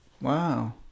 Wow